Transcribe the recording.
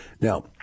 Now